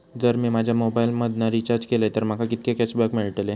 जर मी माझ्या मोबाईल मधन रिचार्ज केलय तर माका कितके कॅशबॅक मेळतले?